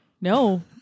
No